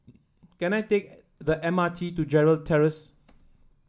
can I take the M R T to Gerald Terrace